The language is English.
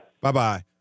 Bye-bye